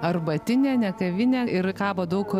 arbatinė ne tėvynė ir kabo daug